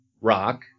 Rock